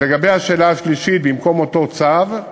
ולגבי השאלה השלישית, במקום אותו צו,